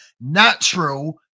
natural